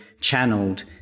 channeled